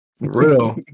real